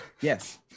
Yes